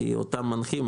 אותם מנחים,